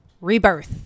Rebirth